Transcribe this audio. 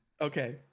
okay